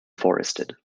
forested